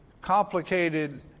complicated